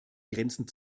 grenzen